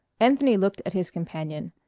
anthony looked at his companion.